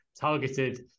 targeted